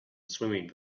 swimming